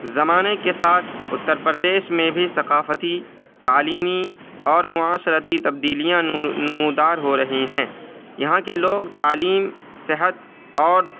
زمانے کے ساتھ اترپردیش میں بھی ثقافتی تعلیمی اور معاشرتی تبدیلیاں نمو نمودار رہی ہیں یہاں کے لوگ تعلیم صحت اور